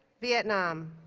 vietnam